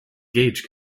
gauge